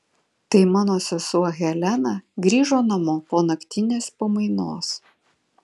tai mano sesuo helena grįžo namo po naktinės pamainos